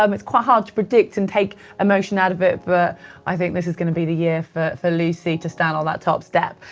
um it's quite hard to predict and take emotion out of it, but i think this is going to be the year for for lucy to stand on that top step.